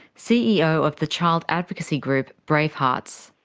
ceo of the child advocacy group, bravehearts.